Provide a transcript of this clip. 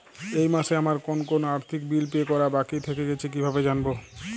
এই মাসে আমার কোন কোন আর্থিক বিল পে করা বাকী থেকে গেছে কীভাবে জানব?